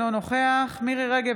אינו נוכח מירי מרים רגב,